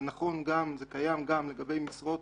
זה נכון וקיים גם לגבי משרות